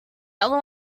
other